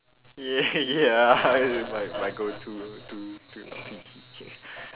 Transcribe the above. ye~ yeah it might might go too too too not P_G